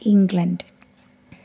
England